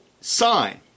sign